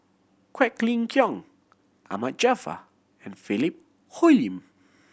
Quek Ling Kiong Ahmad Jaafar and Philip Hoalim